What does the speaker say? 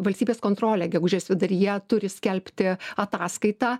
valstybės kontrolė gegužės viduryje turi skelbti ataskaitą